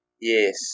Yes